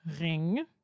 ring